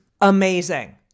amazing